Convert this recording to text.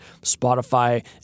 Spotify